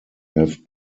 have